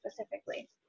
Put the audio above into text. specifically